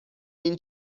این